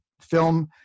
film